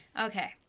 Okay